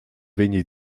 vegni